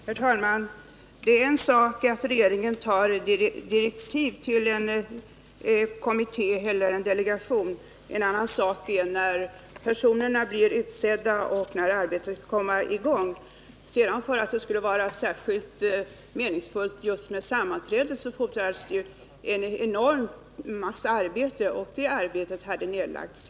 Herr talman! Det är en sak att regeringen fattar beslut om direktiven till en kommitté eller en delegation. En annan sak är när personerna blir utsedda och när arbetet kommer i gång. För att det skall vara meningsfullt med sammanträden fordras det en enorm massa arbete, och det arbetet hade nedlagts.